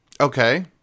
Okay